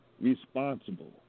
responsible